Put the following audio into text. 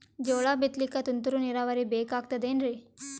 ಜೋಳ ಬಿತಲಿಕ ತುಂತುರ ನೀರಾವರಿ ಬೇಕಾಗತದ ಏನ್ರೀ?